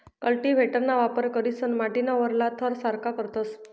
कल्टीव्हेटरना वापर करीसन माटीना वरला थर सारखा करतस